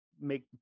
make